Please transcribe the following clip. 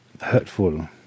hurtful